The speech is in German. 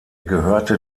gehörte